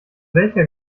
welcher